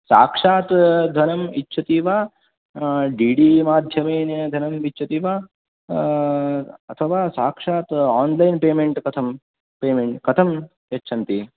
साक्षात् धनम् इच्छति वा डि डि माध्यमेन धनम् इच्छति वा अथवा साक्षात् आन्लैन् पेमेण्ट् कथं पेमेण्ट् कथं यच्छन्ति